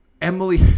Emily